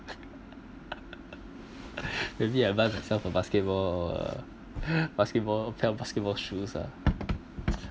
maybe I buy myself a basketball or basketball pair of basketball shoes ah